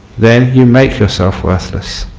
then you make yourself worthless.